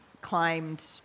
claimed